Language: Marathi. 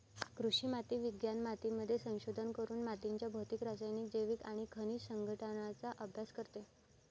कृषी माती विज्ञान मातीमध्ये संशोधन करून मातीच्या भौतिक, रासायनिक, जैविक आणि खनिज संघटनाचा अभ्यास करते